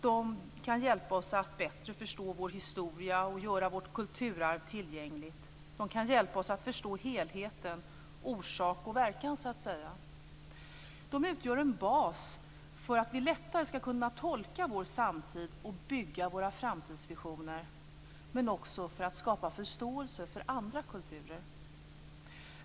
De kan hjälpa oss att bättre förstå vår historia och kan göra vårt kulturarv tillgängligt. De kan hjälpa oss att förstå helheten, orsak och verkan, så att säga. De utgör en bas för att vi lättare ska kunna tolka vår samtid och bygga våra framtidsvisioner, men också för att skapa förståelse för andra kulturer.